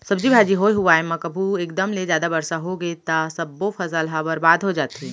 सब्जी भाजी होए हुवाए म कभू एकदम ले जादा बरसा होगे त सब्बो फसल ह बरबाद हो जाथे